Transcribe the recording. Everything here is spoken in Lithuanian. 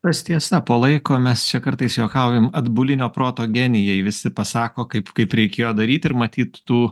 tas tiesa po laiko mes čia kartais juokaujam atbulinio proto genijai visi pasako kaip kaip reikėjo daryt ir matyt tų